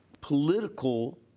political